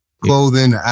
clothing